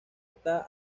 está